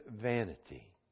vanity